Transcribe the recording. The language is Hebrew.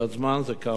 זה כמה עמודים.